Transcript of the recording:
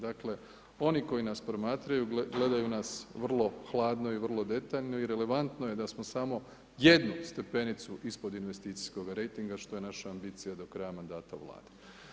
Dakle, oni koji nas promatraju gledaju nas vrlo hladno i vrlo detaljno i relevantno je da smo samo jednu stepenicu ispod investicijskoga rejtinga što je naša ambicija do kraja mandata Vlade.